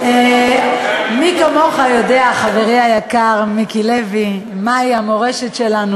מה זו מורשת?